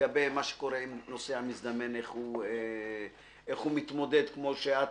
לגבי מה שקורה עם נוסע מזדמן - איך הוא מתמודד כמו שאת